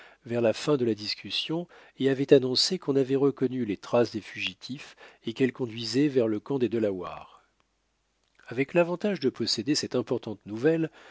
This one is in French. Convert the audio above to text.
vers la fin de la discussion et avaient annoncé qu'on avait reconnu les traces des fugitifs et qu'elles conduisaient vers le camp des delawares avec l'avantage de posséder cette importante nouvelle